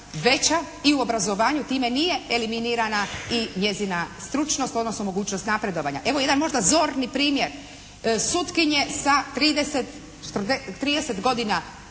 i u obrazovanju time nije eliminirana i njezina stručnost odnosno mogućnost napredovanja. Evo, jedan možda zorni primjer sutkinje sa 30 godina